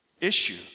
issue